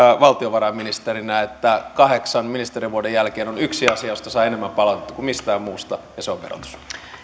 valtiovarainministerinä että kahdeksan ministerivuoden jälkeen on yksi asia josta saa enemmän palautetta kuin mistään muusta ja se on verotus